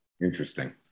Interesting